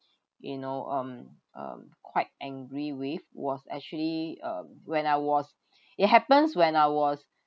you know um um quite angry with was actually um when I was it happens when I was